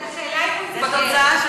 אבל השאלה אם הוא התבגר.